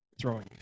throwing